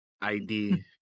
ID